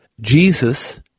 Jesus